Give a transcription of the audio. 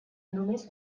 només